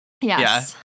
Yes